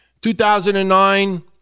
2009